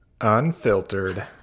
Unfiltered